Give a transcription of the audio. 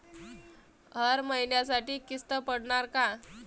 हर महिन्यासाठी किस्त पडनार का?